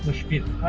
ah speaking